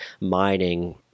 mining